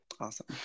awesome